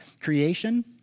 creation